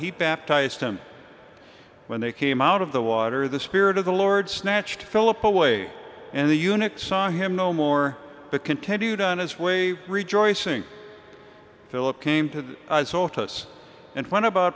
he baptized them when they came out of the water the spirit of the lord snatched philip away and the unix saw him no more but continued on his way rejoicing philip came to the us and one about